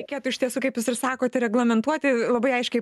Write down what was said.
reikėtų iš tiesų kaip jūs ir sakot ir reglamentuoti labai aiškiai